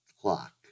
clock